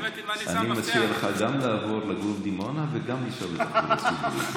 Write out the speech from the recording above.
אני מציע לך גם לעבור לגור בדימונה וגם לנסוע בתחבורה ציבורית.